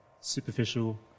superficial